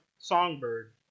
Songbird